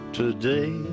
today